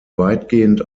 weitgehend